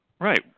Right